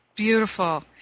Beautiful